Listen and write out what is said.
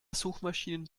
suchmaschinen